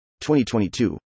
2022